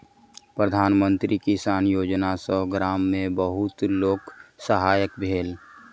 प्रधान मंत्री किसान योजना सॅ गाम में बहुत लोकक सहायता भेल